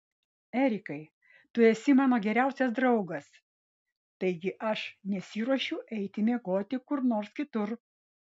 erikai tu esi mano geriausias draugas taigi aš nesiruošiu eiti miegoti kur nors kitur